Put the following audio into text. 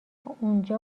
اونجا